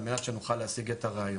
על מנת שנוכל להשיג את הראיות.